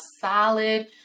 solid